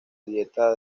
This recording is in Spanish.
dieta